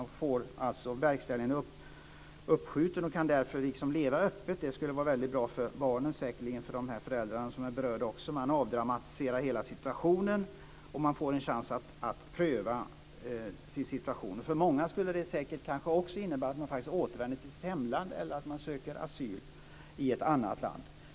De får då verkställigheten uppskjuten och kan därför leva öppet. Det skulle vara väldigt bra för barnen, och säkerligen också för de föräldrar som är berörda. Man avdramatiserar hela situationen, och de får en chans att pröva sin situation. För många skulle det säkert också innebära att de återvänder till sitt hemland eller söker asyl i ett annat land.